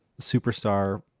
superstar